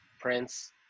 Prince